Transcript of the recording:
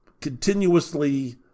continuously